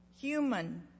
human